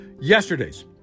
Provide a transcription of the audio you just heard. yesterday's